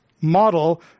model